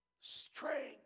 strength